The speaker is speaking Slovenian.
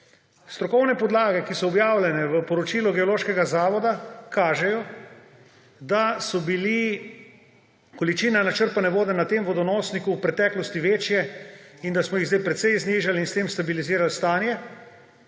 Strokovne podlage, ki so objavljene v poročilu Geološkega zavoda, kažejo, da so bile količina načrpane vode na tem vodonosniku v preteklosti večje in da smo jih zdaj precej znižali in s tem stabilizirali stanje.